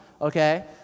okay